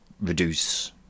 reduce